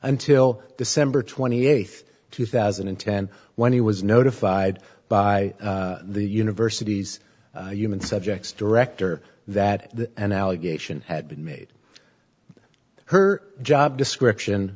until december twenty eighth two thousand and ten when he was notified by the university's human subjects director that an allegation had been made her job description